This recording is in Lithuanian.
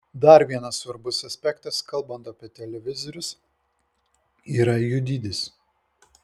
dar vienas svarbus aspektas kalbant apie televizorius yra jų dydis